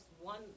one